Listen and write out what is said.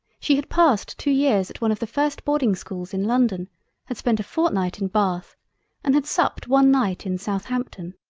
she had passed two years at one of the first boarding-schools in london had spent a fortnight in bath and had supped one night in southampton.